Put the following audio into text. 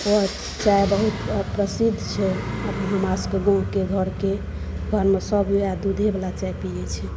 ओ चाइ बहुत प्रसिद्ध छै हमरा सबके गाँवके घरके घरमे सब वएह दूधेवला चाय पिए छै